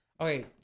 Okay